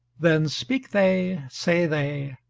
then speak they, say they,